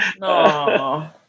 No